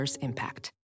impact